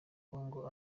congo